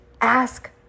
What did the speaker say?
Ask